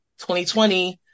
2020